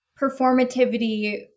performativity